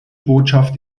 botschaft